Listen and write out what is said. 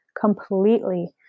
completely